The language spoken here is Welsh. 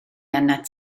arnat